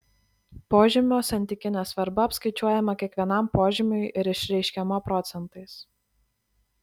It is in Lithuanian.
požymio santykinė svarba apskaičiuojama kiekvienam požymiui ir išreiškiama procentais